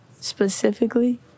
specifically